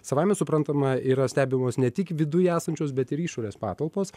savaime suprantama yra stebimos ne tik viduj esančios bet ir išorės patalpos